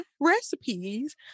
recipes